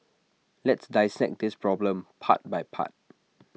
let's dissect this problem part by part